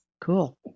cool